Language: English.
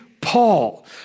Paul